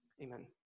Amen